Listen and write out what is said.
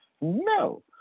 no